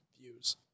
views